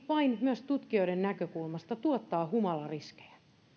vain valitettavasti myös tutkijoiden näkökulmasta tuottaa humalariskejä